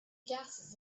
gases